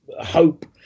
hope